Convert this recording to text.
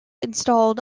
installed